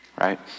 Right